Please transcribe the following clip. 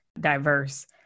diverse